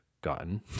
gotten